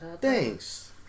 Thanks